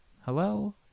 hello